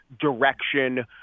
direction